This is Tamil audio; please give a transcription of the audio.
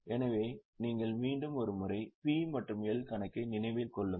எனவே நீங்கள் மீண்டும் ஒரு முறை P மற்றும் L கணக்கை நினைவில் கொள்ளுங்கள்